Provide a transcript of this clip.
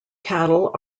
cattle